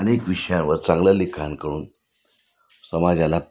अनेक विषयांवर चांगलं लिखाण करून समाजाला